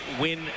win